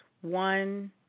one